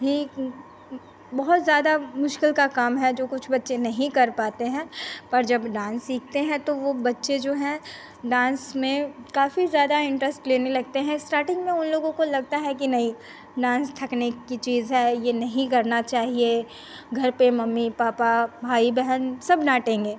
ही बहुत ज़्यादा मुश्किल का काम है जो कुछ बच्चे नहीं कर पाते हैं पर जब डान्स सीखते हैं तो वह बच्चे जो हैं डान्स में काफ़ी ज़्यादा इन्टरेस्ट लेने लगते हैं इस्टार्टिंग में उन लोगों को लगता है कि नहीं डान्स थकने की चीज़ है यह नहीं करना चाहिए घर पर मम्मी पापा भाई बहन सब डाँटेंगे